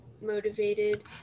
motivated